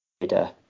Vida